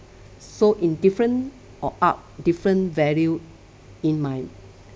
so in different or art different value in my